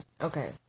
okay